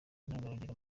intangarugero